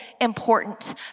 important